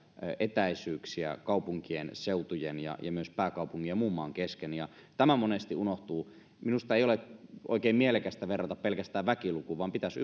etäisyyksiä kaupunkien ja seutujen ja ja myös pääkaupungin ja muun maan kesken tämä monesti unohtuu minusta ei ole oikein mielekästä verrata pelkästään väkilukuun vaan pitäisi